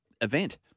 event